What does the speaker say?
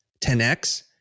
10X